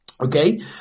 Okay